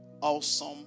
awesome